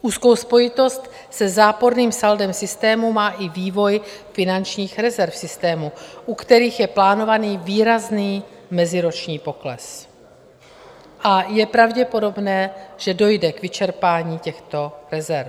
Úzkou spojitost se záporným saldem v systému má i vývoj finančních rezerv v systému, u kterých je plánovaný výrazný meziroční pokles, a je pravděpodobné, že dojde k vyčerpání těchto rezerv.